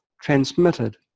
transmitted